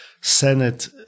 Senate